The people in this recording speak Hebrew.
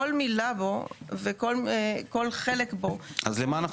כל מילה בו וכל חלק בו --- אז למה,